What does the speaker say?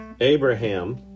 Abraham